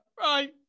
right